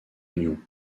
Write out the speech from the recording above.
union